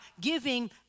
giving